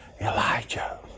Elijah